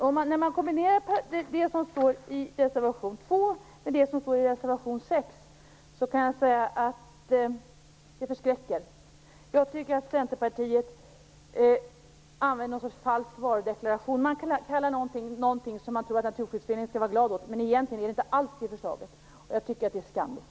Om man kombinerar det som står i reservation 2 med det som står i reservation 6, så kan jag säga att det förskräcker. Jag tycker att Centerpartiet använde ett slags falsk varudeklaration. Man kallar en sak för någonting som man tror att Naturskyddsföreningen skall bli glad för, men egentligen är det inte alls det förslaget. Jag tycker att det är skamligt!